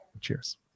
cheers